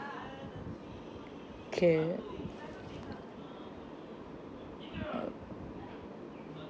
k uh